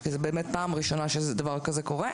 כי זו פעם ראשונה שדבר כזה קורה.